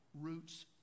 roots